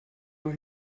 nur